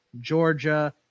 Georgia